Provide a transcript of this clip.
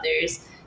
others